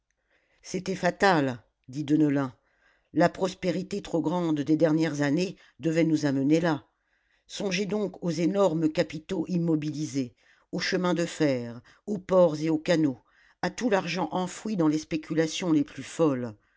c'était fatal dit deneulin la prospérité trop grande des dernières années devait nous amener là songez donc aux énormes capitaux immobilisés aux chemins de fer aux ports et aux canaux à tout l'argent enfoui dans les spéculations les plus folles